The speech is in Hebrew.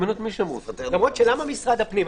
למה משרד הפנים?